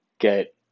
get